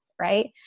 right